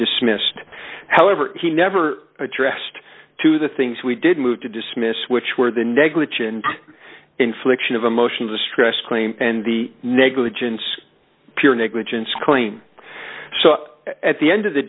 dismissed however he never addressed to the things we did move to dismiss which were the negligent infliction of emotional distress claim and the negligence pure negligence claim so at the end of the